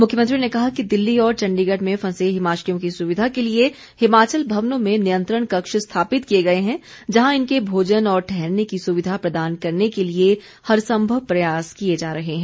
मुख्यमंत्री ने कहा कि दिल्ली और चण्डीगढ़ में फंसे हिमाचलियों की सुविधा के लिए हिमाचल भवनों में नियंत्रण कक्ष स्थापित किए गए हैं जहां इनके भोजन और ठहरने की सुविधा प्रदान करने के लिए हर संभव प्रयास किये जा रहे हैं